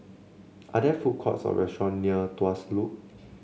are there food courts or restaurants near Tuas Loop